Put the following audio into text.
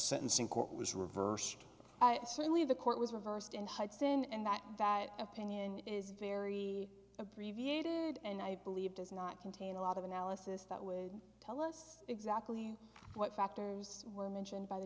sentencing court was reversed and suddenly the court was reversed in hudson and that that opinion is very abbreviated and i believe does not contain a lot of analysis that would tell us exactly what factors were mentioned by the